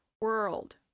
World